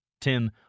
Tim